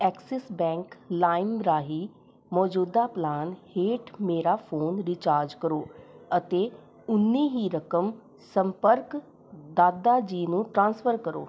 Axis Bank Lime ਰਾਹੀਂ ਮੌਜੂਦਾ plan ਹੇਠ ਮੇਰਾ ਫ਼ੋਨ ਰੀਚਾਰਜ ਕਰੋ ਅਤੇ ਉਨੀ ਹੀ ਰਕਮ ਸੰਪਰਕ ਦਾਦਾ ਜੀ ਨੂੰ ਟ੍ਰਾਂਸਫ਼ਰ ਕਰੋ